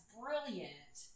brilliant